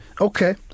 Okay